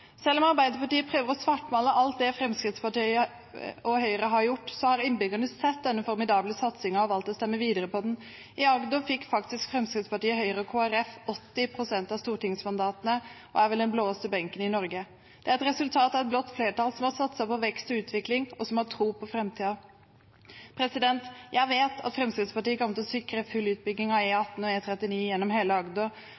Selv om Arbeiderpartiet prøver å svartmale alt det Fremskrittspartiet og Høyre har gjort, har innbyggerne sett denne formidable satsingen og valgt å stemme videre på dem. I Agder fikk faktisk Fremskrittspartiet, Høyre og Kristelig Folkeparti 80 pst. av stortingsmandatene, og det er vel den blåeste benken i Norge. Det er et resultat av et blått flertall som har satset på vekst og utvikling, og som har tro på framtiden. Jeg vet at Fremskrittspartiet kommer til å sikre full utbygging av